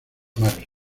maryland